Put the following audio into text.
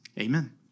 Amen